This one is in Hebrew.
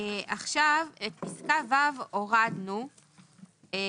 את פסקה (ו) הורדנו,